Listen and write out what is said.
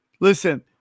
listen